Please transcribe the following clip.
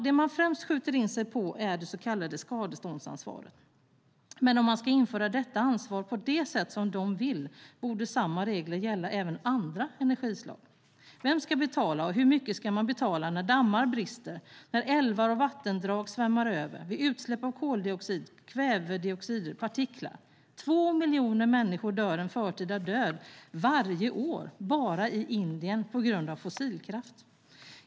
Det man främst skjuter in sig på är det så kallade skadeståndsansvaret, men om man ska införa detta ansvar på det sätt som de vill borde samma regler gälla även andra energislag. Vem ska betala, och hur mycket ska man betala när dammar brister, när älvar och vattendrag svämmar över och vid utsläpp av koldioxid, kvävedioxider och partiklar? Två miljoner människor dör en förtida död varje år bara i Indien på grund av fossilkraft.